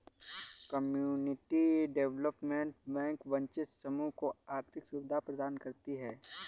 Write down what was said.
community development bank वंचित समूह को आर्थिक सुविधा प्रदान करती है